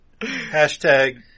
Hashtag